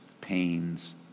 pains